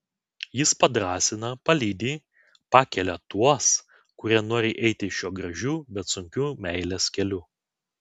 jis padrąsina palydi pakelia tuos kurie nori eiti šiuo gražiu bet sunkiu meilės keliu